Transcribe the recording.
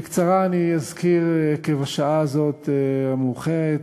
בקצרה אני אזכיר, בשעה המאוחרת הזאת,